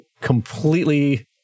completely